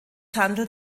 handelt